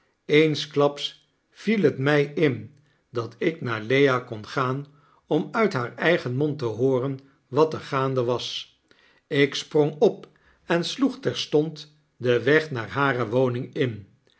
eensklaps viel het mij in dat ik naar lea kon gaan om uit haar eigen mond te hooren wat er gaande was ik sprong op en sloeg terstond den weg naar hare woning in